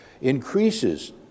increases